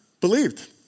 believed